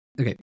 Okay